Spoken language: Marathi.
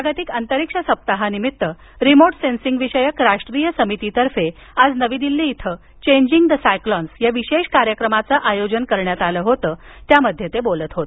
जागतिक अंतरीक्ष सप्ताहानिमित्त रिमोट सेन्सिंगविषयक राष्ट्रीय समितीतर्फे आज नवी दिल्ली इथं चेंजिंग द सायक्लोंस या विशेष कार्यक्रमाचं आयोजन करण्यात आलं होतं त्यामध्ये ते बोलत होते